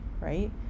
right